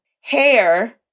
hair